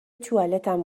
توالتم